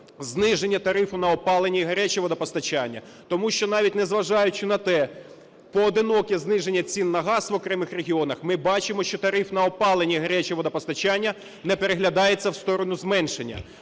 Зниження тарифу на опалення і гаряче водопостачання. Тому що, навіть незважаючи на те поодиноке зниження цін на газ в окремих регіонах, ми бачимо, що тариф на опалення і гаряче водопостачання не переглядається в сторону зменшення.